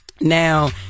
now